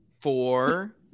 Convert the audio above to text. four